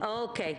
תודה רבה.